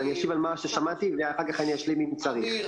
אשיב על מה ששמעתי, ואחר כך אשלים אם צריך.